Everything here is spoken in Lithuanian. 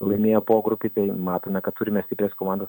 laimėjo pogrupy tai matome kad turime stiprias komandas